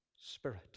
spirit